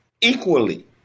equally